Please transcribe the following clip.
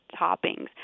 toppings